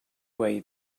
way